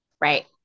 Right